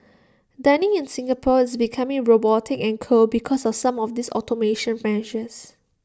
dining in Singapore is becoming robotic and cold because of some of these automation measures